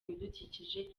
ibidukikije